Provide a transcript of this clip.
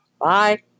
Bye